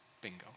Bingo